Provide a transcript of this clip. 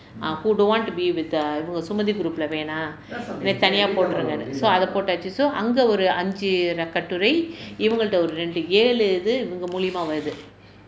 ah who don't want to be with err sumathi group இல்ல வேண்டாம் என்னை தனியா போட்டுருங்க அப்படின்னு:illa vaendaam ennai thaniyaaka poturunga appadinnu so அங்க ஒரு ஐந்து கட்டுரை இவங்ககிட்ட ஒரு இரண்டு ஏழு இது இவுங்க முழியமா வருது:anga oru ainthu katturai ivangakitta oru irandu aelu ithu iuvunga muliyamaa varuthu